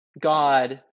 God